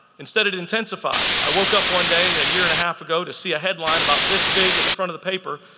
instead it intensified. i woke up one day a year and a half ago to see a headline about this big in the front of the paper.